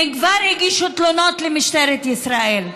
כבר הגישו תלונות לממשלת ישראל,